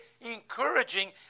encouraging